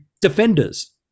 defenders